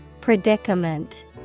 Predicament